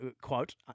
quote